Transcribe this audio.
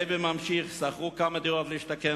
לוי ממשיך: "שכרו כמה דירות להשתכן